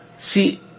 See